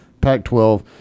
Pac-12